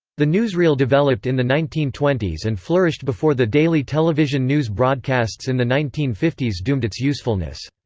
the newsreel developed in the nineteen twenty s and flourished before the daily television news broadcasts in the nineteen fifty s doomed its usefulness.